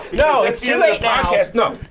you know it's your like podcast.